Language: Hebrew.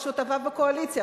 בשותפיו בקואליציה,